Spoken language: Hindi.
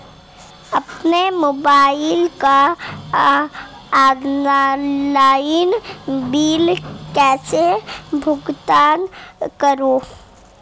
अपने मोबाइल का ऑनलाइन बिल कैसे भुगतान करूं?